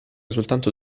soltanto